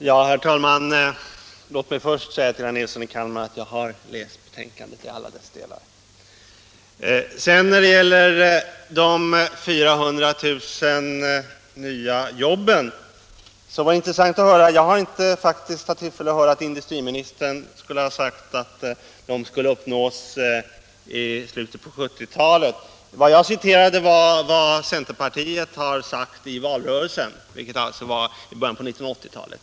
Herr talman! Låt mig först säga till herr Nilsson i Kalmar att jag har läst betänkandet i alla dess delar. Det var intressant att höra vad herr Nilsson sade om de 400 000 nya jobben. Jag har faktiskt inte haft tillfälle att höra att industriministern skulle ha sagt att den siffran skall uppnås i slutet av 1970-talet. Jag citerade vad centerpartiet sagt i valrörelsen, då vi talade om början av 1980-talet.